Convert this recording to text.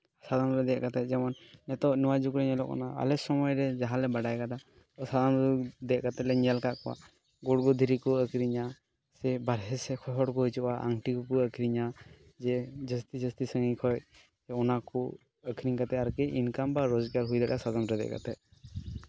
ᱥᱟᱫᱚᱢ ᱨᱮ ᱫᱮᱡ ᱠᱟᱛᱮᱫ ᱡᱮᱢᱚᱱ ᱱᱤᱛᱳᱜ ᱱᱚᱣᱟ ᱡᱩᱜᱽᱨᱮ ᱧᱮᱞᱚᱜ ᱠᱟᱱᱟ ᱟᱞᱮ ᱥᱚᱢᱚᱭ ᱨᱮ ᱡᱟᱦᱟᱸᱞᱮ ᱵᱟᱰᱟᱭ ᱠᱟᱫᱟ ᱥᱟᱫᱚᱢ ᱨᱮ ᱫᱮᱡ ᱠᱟᱛᱮᱫ ᱞᱮ ᱧᱮᱞ ᱠᱟᱜ ᱠᱚᱣᱟ ᱜᱩᱲᱜᱩ ᱫᱷᱤᱨᱤ ᱠᱚ ᱟᱹᱠᱷᱨᱤᱧᱟ ᱥᱮ ᱵᱟᱨᱦᱮ ᱥᱮᱡ ᱠᱷᱚᱡ ᱦᱚᱲᱠᱚ ᱦᱤᱡᱩᱜᱼᱟ ᱟᱝᱴᱤ ᱠᱚᱠᱚ ᱟᱹᱠᱷᱨᱤᱧᱟ ᱡᱮ ᱡᱟᱹᱥᱛᱤ ᱡᱟᱹᱥᱛᱤ ᱥᱟᱺᱜᱤᱧ ᱠᱷᱚᱡ ᱛᱚ ᱚᱱᱟᱠᱚ ᱟᱹᱠᱷᱨᱤᱧ ᱠᱟᱛᱮᱫ ᱟᱨᱠᱤ ᱤᱱᱠᱟᱢ ᱵᱟ ᱨᱚᱡᱽᱜᱟᱨ ᱦᱩᱭ ᱫᱟᱲᱮᱭᱟᱜᱼᱟ ᱥᱟᱫᱚᱢ ᱨᱮ ᱫᱮᱡ ᱠᱟᱛᱮᱫ